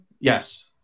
Yes